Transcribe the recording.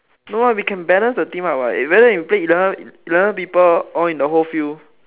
no lah we can balance the team out what whether you play eleven eleven people all in the whole field